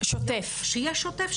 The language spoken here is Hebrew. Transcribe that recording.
שיהיה שוטף,